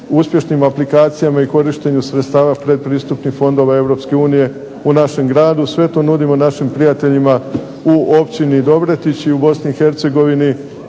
uspješnim aplikacijama i korištenju sredstava pretpristupnih fondova EU u našem gradu. Sve to nudimo našim prijateljima u Općini Dobretić i u BiH